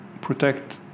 protect